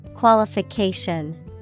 Qualification